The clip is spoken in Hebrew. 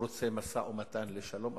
הוא רוצה משא-ומתן לשלום,